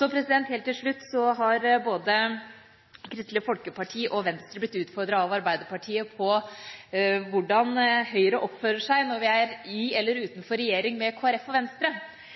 Helt til slutt har både Kristelig Folkeparti og Venstre blitt utfordret av Arbeiderpartiet på hvordan Høyre oppfører seg når partiet er i eller utenfor regjering med Kristelig Folkeparti og Venstre.